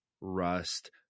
rust